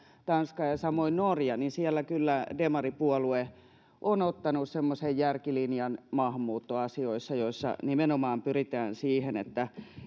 tanska ja samoin norja niin siellä kyllä demaripuolue on ottanut semmoisen järkilinjan maahanmuuttoasioissa että nimenomaan pyritään siihen että